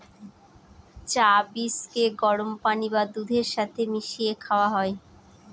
চা বীজকে গরম পানি বা দুধের সাথে মিশিয়ে খাওয়া হয়